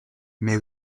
mais